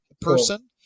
person